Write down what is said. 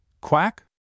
Quack